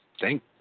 Thank